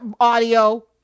audio